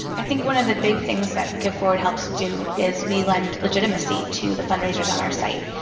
i think one of the big things that giveforward helps do is we lend legitimacy to the fundraisers on our site,